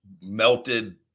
melted